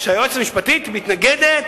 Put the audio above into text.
היועצת המשפטית מתנגדת